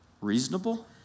reasonable